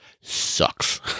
sucks